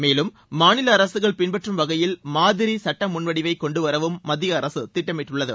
மேலும் மாநில அரககள் பின்பற்றும் வகையில் மாதிரி சுட்டமுன்வடிவை கொண்டுவரவும் மத்திய அரசு திட்டமிட்டுள்ளது